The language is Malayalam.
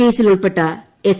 കേസിൽ ഉൾപ്പെട്ട എസ്